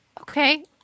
okay